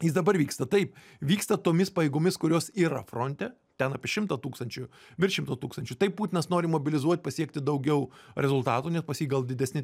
jis dabar vyksta taip vyksta tomis pajėgomis kurios yra fronte ten apie šimtą tūkstančių virš šimto tūkstančių taip putinas nori mobilizuot pasiekti daugiau rezultatų nes pas jį gal didesni